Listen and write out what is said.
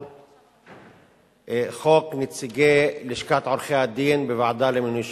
חוק על נציגי לשכת עורכי-הדין בוועדה למינוי שופטים.